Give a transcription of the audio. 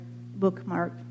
bookmark